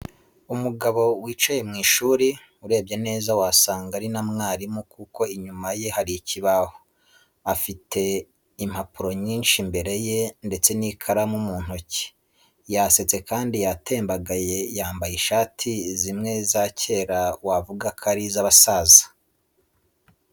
Umugabo wicaye mu ishuri, urebye neza wasanga ari na mwarimu kuko inyuma ye hari ikibaho, afite impapuro nyinshi imbere ye ndetse n'ikaramu mu ntoki, yasetse kandi yatembagaye yambaye ishati zimwe za kera wavuga ko ari iz'abasaza.